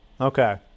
Okay